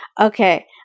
Okay